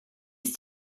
ist